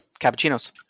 cappuccinos